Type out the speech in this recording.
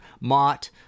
Mott